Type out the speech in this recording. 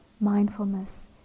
mindfulness